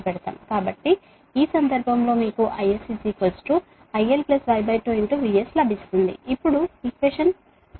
కాబట్టి ఈ సందర్భంలో మీకు IS IL Y2 VS లభిస్తుంది